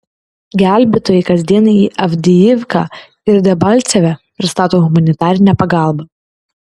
gelbėtojai kasdien į avdijivką ir debalcevę pristato humanitarinę pagalbą